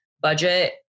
budget